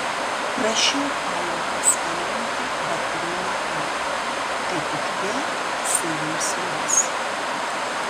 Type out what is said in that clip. prašiau fain paskambinti bet kuriuo metu kai tik jie suims juos